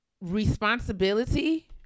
responsibility